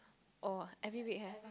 oh every week have